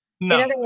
No